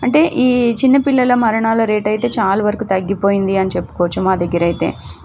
అంటే ఈ చిన్నపిల్లల మరణాల రేటు అయితే చాలా వరకు తగ్గిపోయింది అని చెప్పుకోవచ్చు మా దగ్గర అయితే